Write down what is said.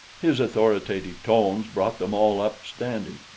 his authoritative tones brought them all up standing,